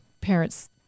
parents